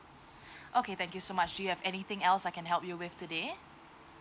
okay thank you so much do you have anything else I can help you with today